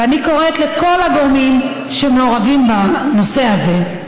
ואני קוראת לכל הגורמים שמעורבים בנושא הזה: